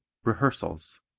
rehearsals